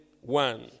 one